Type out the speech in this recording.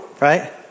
right